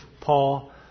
Paul